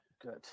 Good